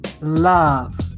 love